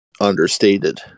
understated